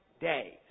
days